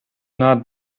not